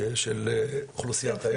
של אוכלוסיית היעד.